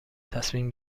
تصمیم